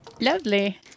Lovely